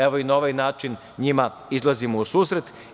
Evo, i na ovaj način njima izlazimo u susret.